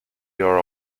your